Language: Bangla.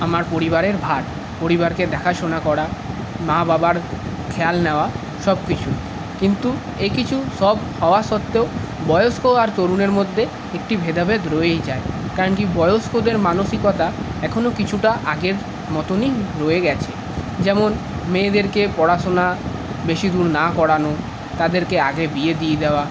আমার পরিবারের ভার পরিবারকে দেখাশোনা করা মা বাবার খেয়াল নেওয়া সবকিছু কিন্তু এই কিছু সব হওয়া সত্ত্বেও বয়স্ক আর তরুণের মধ্যে একটি ভেদাভেদ রয়েই যায় কারণ কি বয়স্কদের মানসিকতা এখনও কিছুটা আগের মতনই রয়ে গেছে যেমন মেয়েদেরকে পড়াশোনা বেশি দূর না করানো তাদেরকে আগে বিয়ে দিয়ে দেওয়া